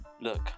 look